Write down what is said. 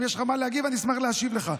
אם יש לך מה להגיב, אני אשמח להשיב לך.